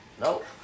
Nope